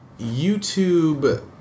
YouTube